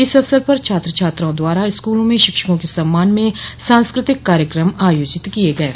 इस अवसर पर छात्र छात्राओं द्वारा स्कूलों में शिक्षकों के सम्मान में सांस्कृतिक कार्यक्रम आयोजित किये गये